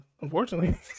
unfortunately